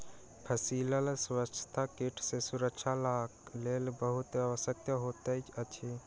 फसीलक स्वच्छता कीट सॅ सुरक्षाक लेल बहुत आवश्यक होइत अछि